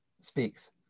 speaks